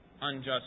unjust